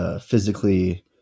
physically